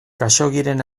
khaxoggiren